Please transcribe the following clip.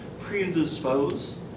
predispose